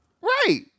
Right